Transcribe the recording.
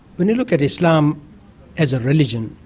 when you look at islam as a religion,